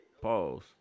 Pause